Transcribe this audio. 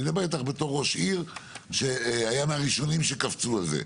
ואני מדבר איתך בתור ראש עיר שהיה מהראשונים שקפצו על זה,